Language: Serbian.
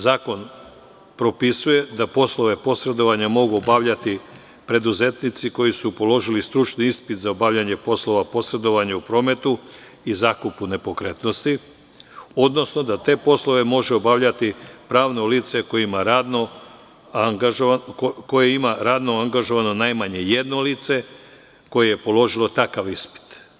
Zakon propisuje da poslove posredovanja mogu obavljati preduzetnici koji su položili stručni ispit za obavljanje poslova posredovanja u prometu i zakupu nepokretnosti, odnosno da te poslove može obavljati pravno lice koje je radno angažovano, najmanje jedno lice koje je položilo takav ispit.